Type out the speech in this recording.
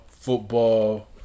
football